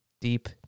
deep